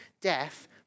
death